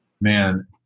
man